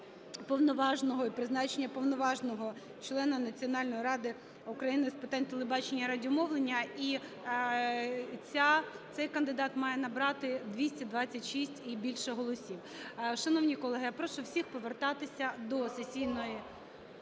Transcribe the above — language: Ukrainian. уповноваженого і призначення уповноваженого члена Національно ради України з питань телебачення і радіомовлення, і цей кандидат має набрати 226 і більше голосів. Шановні колеги, я прошу всіх повертатися до сесійної